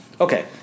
Okay